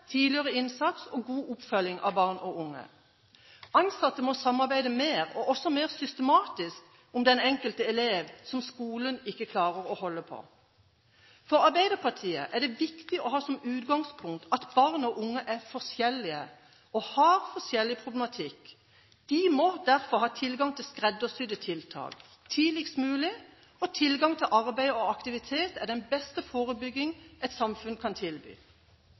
tidligere innsats og god oppfølging av barn og unge. Ansatte må samarbeide mer, og også mer systematisk, om den enkelte elev som skolen ikke klarer å holde på. For Arbeiderpartiet er det viktig å ha som utgangspunkt at barn og unge er forskjellige og har forskjellig problematikk. De må derfor ha tilgang til skreddersydde tiltak – tidligst mulig – og tilgang til arbeid og aktivitet er den beste forebygging et samfunn kan tilby.